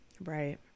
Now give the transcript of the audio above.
Right